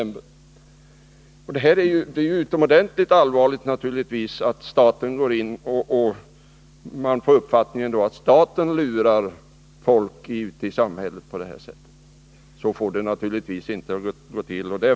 Det är naturligtvis utomordentligt allvarligt att man får uppfattningen att staten på detta sätt lurar folk ute i samhället. Så får det givetvis inte gå till.